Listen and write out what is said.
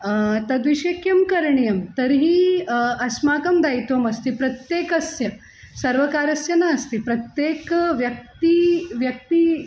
तद्विषये किं करणीयं तर्हि अस्माकं दायित्वमस्ति प्रत्येकस्य सर्वकारस्य नास्ति प्रत्येकव्यक्तेः व्यक्तिः